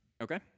Okay